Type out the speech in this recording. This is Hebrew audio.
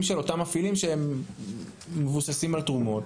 של אותם מפעילים שמבוססים על תרומות,